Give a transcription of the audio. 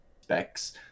specs